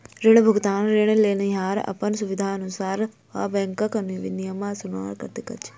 ऋण भुगतान ऋण लेनिहार अपन सुबिधानुसार वा बैंकक नियमानुसार करैत छै